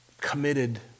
committed